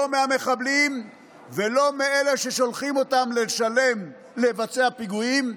לא מהמחבלים ולא מאלה ששולחים אותם לבצע פיגועים,